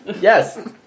yes